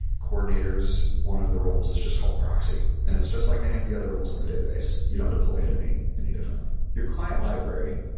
coordinators. one of the roles is just called proxy, and it's just like any of the other roles on the data data base. you don't deploy it any any differently. your client library,